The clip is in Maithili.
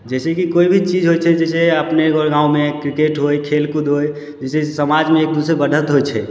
जैसेकि कोइ भी चीज होइ छै जैसे अपने घर गाँवमे क्रिकेट होइ खेल कूद होइ जैसे समाजमे एक दूसरेके बढ़त होइ छै